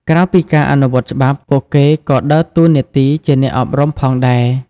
ក្រៅពីការអនុវត្តច្បាប់ ពួកគេក៏ដើរតួនាទីជា អ្នកអប់រំ ផងដែរ។